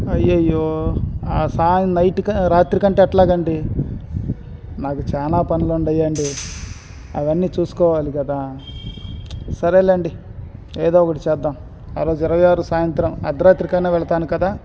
అయ్యయ్యో ఆ సాయ నైట్కి రాత్రికంటే ఎట్లా అండి నాకు చాలా పనులు ఉన్నాయండి అవన్నీ చూసుకోవాలి కదా సరేలేండి ఏదో ఒకటి చేద్దాం ఆరోజు ఇరవైఆరు సాయంత్రం అర్ధరాత్రికి అయిన వెళ్తాను కదా